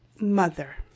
mother